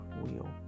wheel